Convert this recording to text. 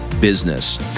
business